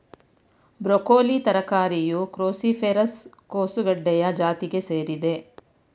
broccoli ತರಕಾರಿಯು cruciferous ಕೋಸುಗಡ್ಡೆಯ ಜಾತಿಗೆ ಸೇರಿದೆ